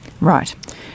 Right